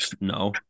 No